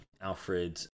Alfred